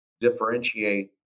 differentiate